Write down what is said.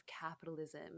capitalism